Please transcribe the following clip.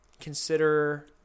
consider